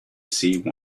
see